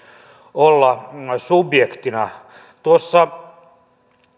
olla subjektina tuossa